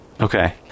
Okay